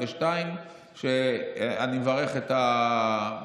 2. אני מברך את המציעים,